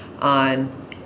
on